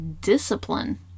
discipline